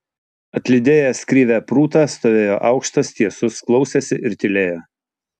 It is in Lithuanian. atlydėjęs krivę prūtą stovėjo aukštas tiesus klausėsi ir tylėjo